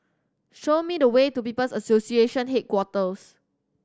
show me the way to People's Association Headquarters